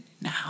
now